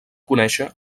conèixer